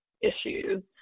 issues